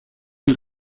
del